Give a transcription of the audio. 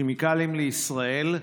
כימיקלים לישראל,